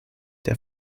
der